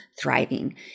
thriving